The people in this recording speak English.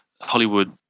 Hollywood